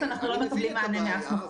אנחנו לא מקבלים מענה מאף מקום.